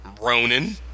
Ronan